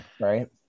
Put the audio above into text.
right